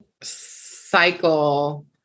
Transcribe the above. cycle